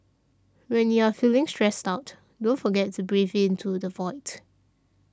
when you are feeling stressed out don't forget to breathe into the void